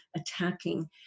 attacking